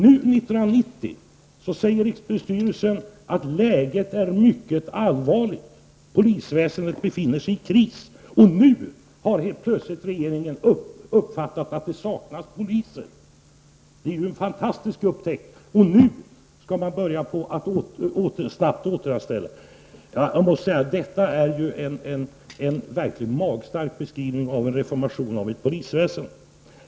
Nu, 1990, säger rikspolisstyrelsen att läget är mycket allvarligt. Polisväsendet befinner sig i kris. Och nu har plötsligt regeringen uppfattat att det saknas poliser. Det är ju en fantastisk upptäckt. Nu skall man snabbt börja återanställa. Jag måste säga att detta är en verkligt magstark beskrivning av en reformation av ett polisväsende.